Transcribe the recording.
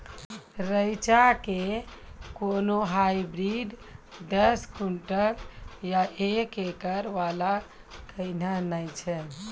रेचा के कोनो हाइब्रिड दस क्विंटल या एकरऽ वाला कहिने नैय छै?